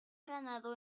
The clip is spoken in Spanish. ganado